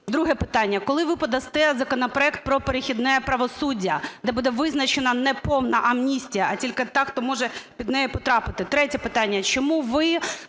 Друге питання. Коли ви подасте законопроект про перехідне правосуддя, де буде визначено не повна амністія, а тільки та, хто може під неї потрапити? Третє питання. Чому ви